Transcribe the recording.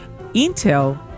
Intel